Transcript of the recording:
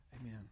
amen